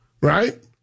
right